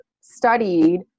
studied